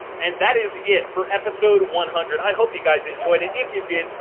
and that is it for episode one hundred! i hope you guys enjoyed it. if you did,